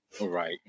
Right